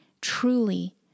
truly